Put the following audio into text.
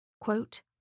Quote